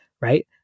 right